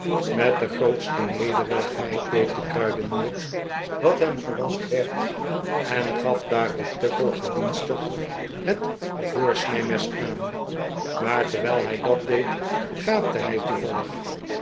met de grootste nederigheid deed de kruidenier wat hem gelast werd en gaf daarop tuckle gedienstig het voorsnijmes aan maar terwijl hij dat deed gaapte hij toevallig